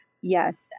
yes